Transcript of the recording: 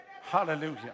Hallelujah